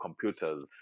computers